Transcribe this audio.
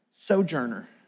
sojourner